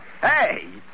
hey